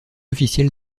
officiel